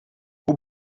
hoe